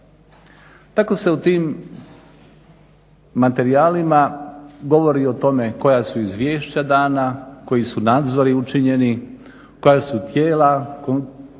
Tako se u tim materijalima govori o tome koja su izvješća dana, koji su nadzori učinjeni, koja su tijela konstituirana,